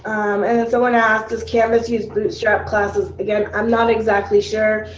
and then someone asked, does canvas use bootstrap classes? again, i'm not exactly sure.